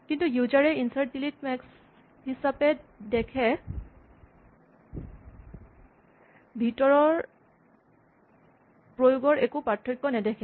কিন্তু ইউজাৰ এ insert delete মেক্স হিচাপে দেখে ভিতৰৰ প্ৰয়োগৰ একো পাৰ্থক্য নেদেখে